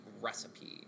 recipe